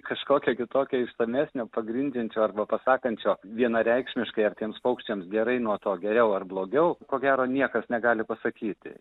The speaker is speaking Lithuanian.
kažkokio kitokio išsamesnio pagrindžiančio arba pasakančio vienareikšmiškai ar tiems paukščiams gerai nuo to geriau ar blogiau ko gero niekas negali pasakyti